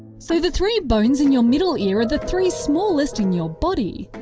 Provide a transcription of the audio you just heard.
so the three bones in your middle ear are the three smallest in your body.